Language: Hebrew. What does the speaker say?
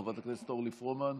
חברת הכנסת אורלי פרומן,